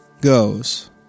goes